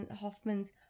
Hoffman's